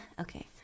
Okay